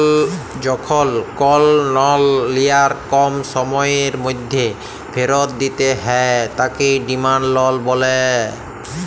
যখল কল লল লিয়ার কম সময়ের ম্যধে ফিরত দিতে হ্যয় তাকে ডিমাল্ড লল ব্যলে